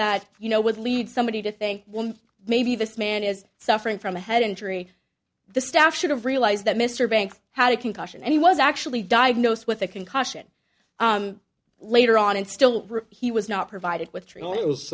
that you know would lead somebody to think one maybe this man is suffering from a head injury the staff should have realized that mr banks had a concussion and he was actually diagnosed with a concussion later on and still he was not provided with tri